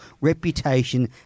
reputation